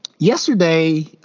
Yesterday